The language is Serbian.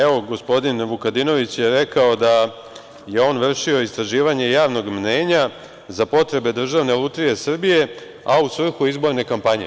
Evo, gospodin Vukadinović je rekao da je on vršio istraživanje mnenja za potrebe Državne lutrije Srbije, a u svrhu izborne kampanje.